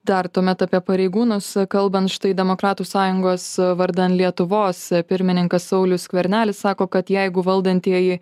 dar tuomet apie pareigūnus kalbant štai demokratų sąjungos vardan lietuvos pirmininkas saulius skvernelis sako kad jeigu valdantieji